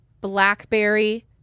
blackberry